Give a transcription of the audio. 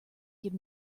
give